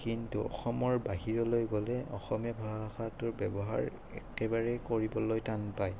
কিন্তু অসমৰ বাহিৰলৈ গ'লে অসমীয়া ভাষাটোৰ ব্যৱহাৰ একেবাৰেই কৰিবলৈ টান পায়